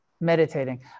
meditating